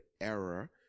error